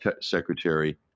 secretary